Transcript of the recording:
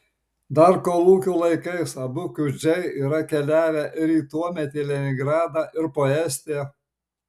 dar kolūkių laikais abu kiudžiai yra keliavę ir į tuometį leningradą ir po estiją